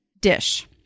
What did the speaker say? Dish